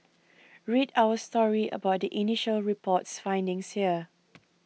read our story about the initial report's findings here